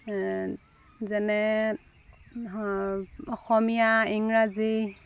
যেনে অসমীয়া ইংৰাজী